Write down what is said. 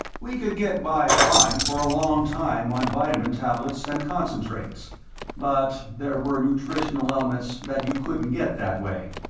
we could get by fine for a long time on vitamin tablets and concentrates but there were nutritional elements that you couldn't get that way.